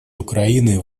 украины